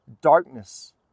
darkness